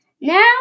Now